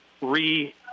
re